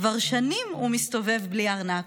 כבר שנים הוא מסתובב בלי ארנק,